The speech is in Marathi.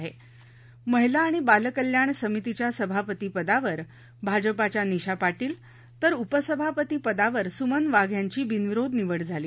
र महिला आणि बालकल्याण समितीच्या सभापतीपदावर भाजपाच्या निशा पाटील तर उपसभापतीपदावर सुमन वाघ यांची बिनविरोध निवड झाली